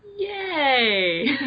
Yay